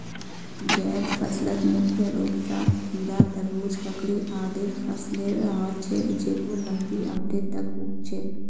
जैद फसलत मुख्य रूप स खीरा, तरबूज, ककड़ी आदिर फसलेर ह छेक जेको लंबी अवधि तक उग छेक